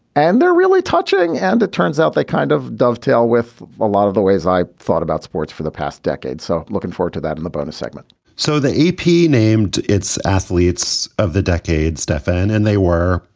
and they're really touching. and it turns out they kind of dovetail with a lot of the ways i thought about sports for the past decade. so looking forward to that in the bonus segment so the ap named its athletes of the decade, stefan, and they were,